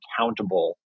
accountable